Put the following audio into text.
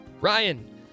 Ryan